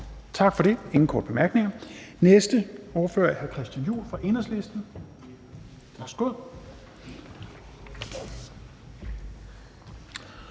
Tak for det. Der er ingen korte bemærkninger. Den næste ordfører er hr. Christian Juhl fra Enhedslisten. Værsgo.